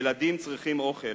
ילדים צריכים אוכל,